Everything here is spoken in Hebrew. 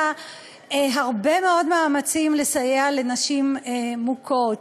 הרבה מאוד מאמצים לסייע לנשים מוכות,